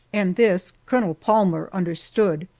and this colonel palmer understood,